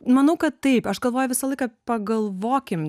manau kad taip aš galvoju visą laiką pagalvokim